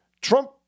Trump